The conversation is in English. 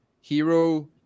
Hero